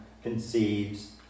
conceives